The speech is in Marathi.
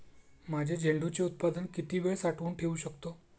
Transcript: माझे झेंडूचे उत्पादन किती वेळ साठवून ठेवू शकतो?